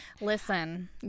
Listen